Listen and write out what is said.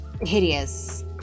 Hideous